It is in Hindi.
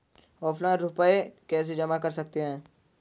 ऑफलाइन रुपये कैसे जमा कर सकते हैं?